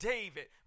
David